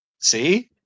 See